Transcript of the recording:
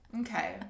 okay